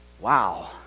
wow